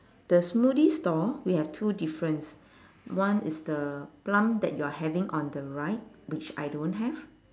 the smoothie store we have two difference one is the plum that you're having on the right which I don't have